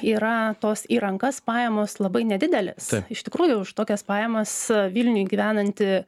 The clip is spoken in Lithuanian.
yra tos į rankas pajamos labai nedidelės iš tikrųjų už tokias pajamas vilniuj gyvenanti